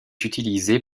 utilisé